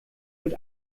mit